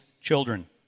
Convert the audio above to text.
children